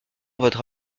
votre